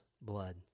blood